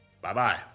Bye-bye